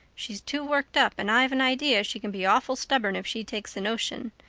she's too worked up and i've an idea she can be awful stubborn if she takes the notion.